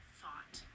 thought